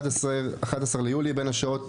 11 ביולי בין השעות